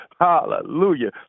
Hallelujah